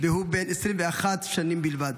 והוא בן 21 שנים בלבד.